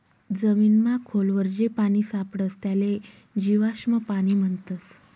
जमीनमा खोल वर जे पानी सापडस त्याले जीवाश्म पाणी म्हणतस